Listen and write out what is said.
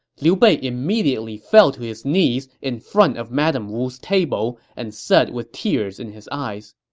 liu bei immediately fell to his knees in front of madame wu's table and said with tears in his eyes,